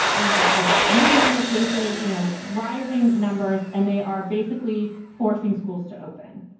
we have the leading number of cases, you know rising numbers, and they are basically forcing schools to open.